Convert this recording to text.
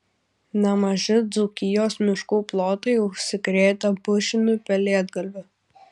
nemaži dzūkijos miškų plotai užsikrėtę pušiniu pelėdgalviu